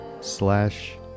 slash